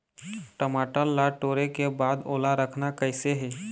टमाटर ला टोरे के बाद ओला रखना कइसे हे?